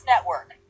Network